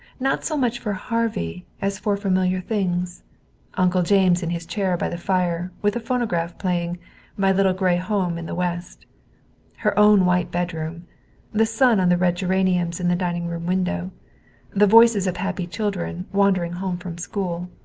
not so much for harvey as for familiar things uncle james in his chair by the fire, with the phonograph playing my little gray home in the west her own white bedroom the sun on the red geraniums in the dining-room window the voices of happy children wandering home from school.